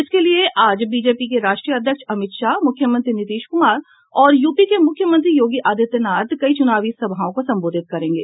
इसके लिये आज बीजेपी के राष्ट्रीय अध्यक्ष अमित शाह मुख्यमंत्री नीतीश कुमार और यूपी के मुख्यमंत्री योगी आदित्यनाथ कई चुनावी सभाओं को संबोधित करेंगे